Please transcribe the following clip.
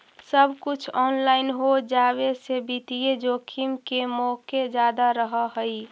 सब कुछ ऑनलाइन हो जावे से वित्तीय जोखिम के मोके जादा रहअ हई